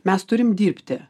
mes turim dirbti